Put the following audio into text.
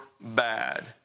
bad